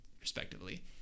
respectively